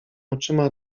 oczyma